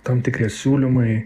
tam tikri siūlymai